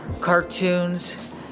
cartoons